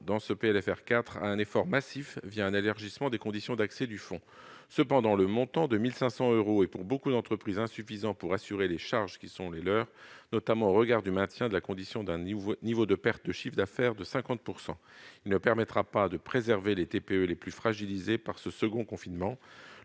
dans ce PLFR 4, à un effort massif en prévoyant un élargissement des conditions d'accès au fonds. Cependant, pour beaucoup d'entreprises, le montant de 1 500 euros est insuffisant pour assurer les charges qui sont les leurs, compte tenu notamment du maintien de la condition d'un niveau de perte de chiffre d'affaires de 50 %. Il ne permettra pas de préserver les TPE les plus fragilisées par ce second confinement.